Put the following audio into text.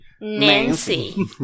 Nancy